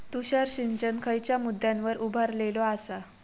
तुषार सिंचन खयच्या मुद्द्यांवर उभारलेलो आसा?